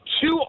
Two